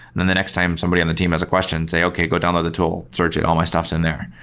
then the next time somebody on the team has a question, say, okay, go download the tool. search it. all my stuff is in there.